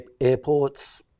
Airports